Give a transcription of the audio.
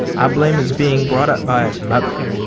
i blame his being brought up by his mother.